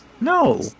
No